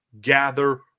gather